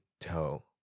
toe